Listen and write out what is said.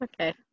Okay